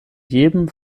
jedem